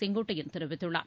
செங்கோட்டையன் தெரிவித்துள்ளார்